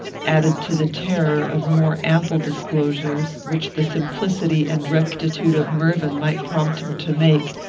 added to the terror of more ample disclosures, which the simplicity and rectitude of mervyn might prompt him to make,